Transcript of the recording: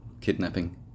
kidnapping